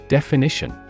Definition